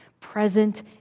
present